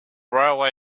railway